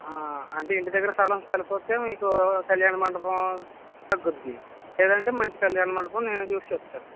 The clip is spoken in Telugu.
అంటే ఇంటి దగ్గర స్థలం సరిపోతే మీకు కళ్యాణమండపం తగ్గుద్ది లేదంటే మంచి కళ్యాణ మండపం నేనే చూసి చెప్తాను